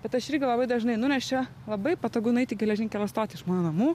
bet aš irgi labai dažnai einu nes čia labai patogu nueit į geležinkelio stotį iš mano namų